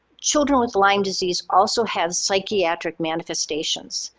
children with lyme disease also have psychiatric manifestations.